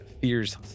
fears